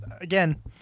Again